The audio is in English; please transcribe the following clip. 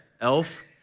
Elf